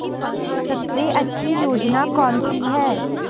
सबसे अच्छी योजना कोनसी है?